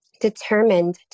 Determined